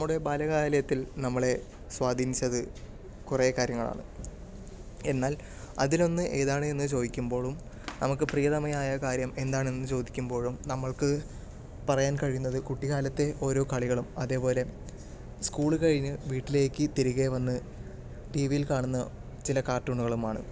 നമ്മുടെ ബാല്യകാലത്തിൽ നമ്മളെ സ്വാധീനിച്ചത് കുറേ കാര്യങ്ങളാണ് എന്നാൽ അതിലൊന്ന് ഏതാണ് എന്ന് ചോദിക്കുമ്പോഴും നമുക്ക് പ്രിയതമയായ കാര്യം എന്താണെന്ന് ചോദിക്കുമ്പോഴും നമ്മൾക്ക് പറയാൻ കഴിയുന്നത് കുട്ടികാലത്തെ ഓരോ കളികളും അതേപോലെ സ്കൂൾ കഴിഞ്ഞ് വീട്ടിലേക്ക് തിരികെ വന്ന് ടിവിയിൽ കാണുന്ന ചില കാർട്ടൂണുകളും ആണ്